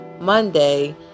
monday